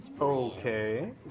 Okay